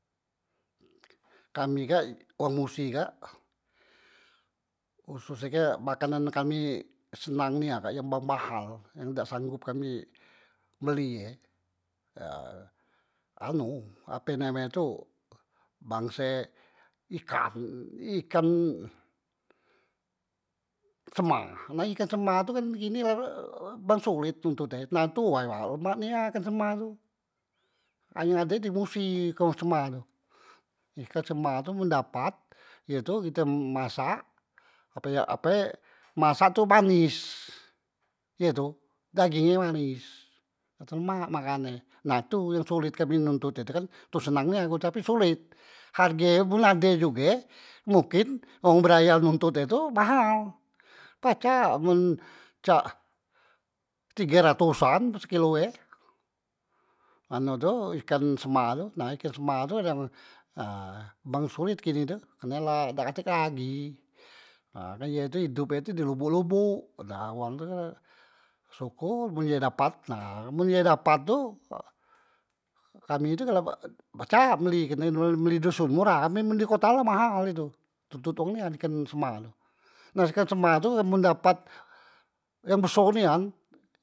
kami kak wong musi kak, khususnye kak makanan kami senang nian yang bang mahal yang dak sanggop kami beli ye anu ape namenye tu bangse ikan, ikan sema nah ikan sema tu kan kini la bang solet nutut e nah tu way lemak nian ikan sema ha yang ade di musi kong sema tu, ikan sema tu men dapat ye tu kite masak ape, ape masak tu manis ye tu, daging e manis ikam sema makan e na tu yang sulit kami nontot e kan nah tu senang nian ku, tape solet harge e men ade juge mungkin wong belayar nontot e tu mahal pacak men cak tige ratosan sekilo e anu tu ikan sema tu, nah ikan sema tu dem ha bang solet kini tu, kerne la dak katek lagi ha kan ye tu idop e tu di lobok- lobok nah uwang tu kan, sokor men ye dapat, nah men ye dapat tu kami tu galak ep pacak belike kerne beli doson murah, amen di kota la mahal he tu tontot wong nian ikan sema tu, nah ikan sema tu men dapat yang beso nian.